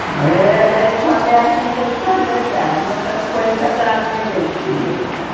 हइ लै कऽ छऽ लऽ नहि लै कऽ छऽ नहि लै ए हमे पानि फेट्टा आर नहि दै छियै